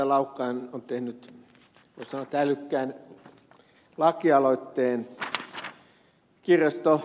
laukkanen on tehnyt voisi sanoa älykkään lakialoitteen